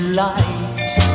lights